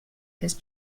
his